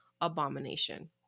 abomination